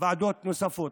ועדות נוספות.